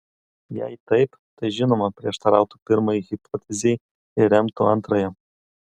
jei taip tai žinoma prieštarautų pirmajai hipotezei ir remtų antrąją